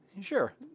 Sure